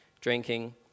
drinking